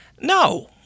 no